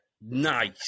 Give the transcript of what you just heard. Nice